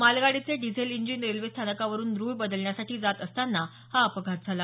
मालगाडीचे diesel engine railway स्थानकावरून रुळ बदलण्यासाठी जात असताना हा अपघात झाला